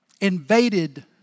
invaded